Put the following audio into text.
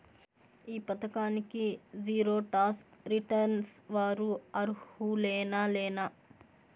ఈ పథకానికి zero tax returns వారు అర్హులేనా లేనా?